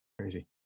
Crazy